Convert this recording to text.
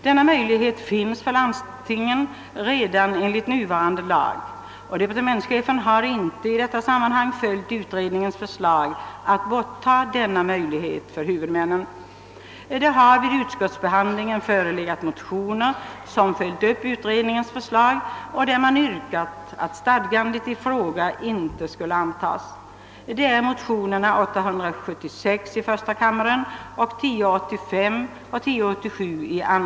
Denna möjlighet finns för landstings kommunen redan enligt nuvarande lag, och departementschefen har i detta sammanhang inte följt utredningens förslag att ta bort denna möjlighet för huvudmännen. Det har vid utskottsbehandlingen förelegat motioner, som tagit upp utredningens förslag på denna punkt och vari det yrkas att stadgandet i fråga inte skall antas. Det är motionerna I:876, II:1085 och II:1087.